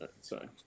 Sorry